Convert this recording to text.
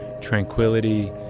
tranquility